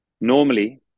Normally